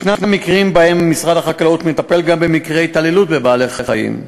יש מקרים שבהם משרד החקלאות מטפל גם במקרי התעללות בבעלי-חיים.